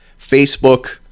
Facebook